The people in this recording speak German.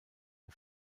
der